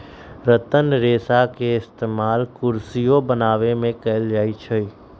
रतन रेशा के इस्तेमाल कुरसियो बनावे में कएल जाई छई